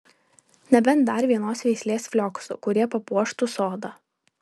nebent dar vienos veislės flioksų kurie papuoštų sodą